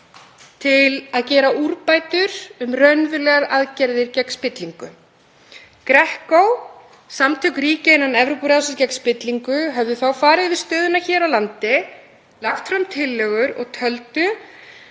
til að gera úrbætur og fara í raunverulegar aðgerðir gegn spillingu. GRECO, samtök ríkja innan Evrópuráðsins gegn spillingu, höfðu þá farið yfir stöðuna hér á landi og lagt fram tillögur. Þau töldu